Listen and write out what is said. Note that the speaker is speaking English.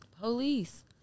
Police